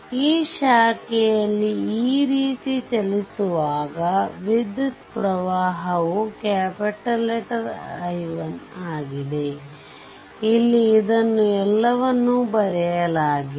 ಈ ಶಾಖೆಯಲ್ಲಿ ಈ ರೀತಿ ಚಲಿಸುವಾಗ ವಿದ್ಯುತ ಪ್ರವಾಹವು I1 ಆಗಿದೆ ಇಲ್ಲಿ ಇದನ್ನು ಎಲ್ಲವನ್ನೂ ಬರೆಯಲಾಗಿದೆ